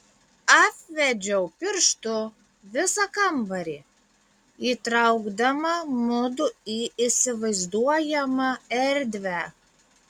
apvedžiau pirštu visą kambarį įtraukdama mudu į įsivaizduojamą erdvę